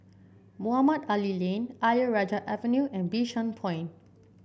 Mohamed Ali Lane Ayer Rajah Avenue and Bishan Point